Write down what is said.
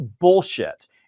bullshit